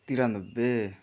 त्रियानब्बे